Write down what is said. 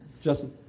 Justin